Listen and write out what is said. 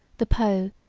the po,